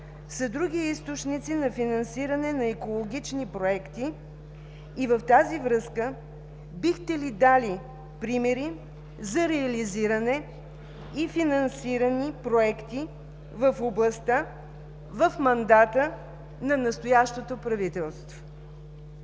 са други източници на финансиране на екологични проекти. В тази връзка бихте ли дали примери за реализирани и финансирани проекти в областта в мандата на настоящото правителство?